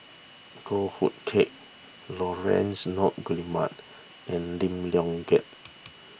Goh Hood Keng Laurence Nunns Guillemard and Lim Leong Geok